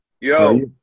yo